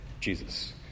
Jesus